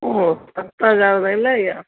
उहो सत हज़ार त इलाही आहे